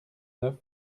neuf